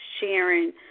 sharing